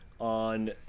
on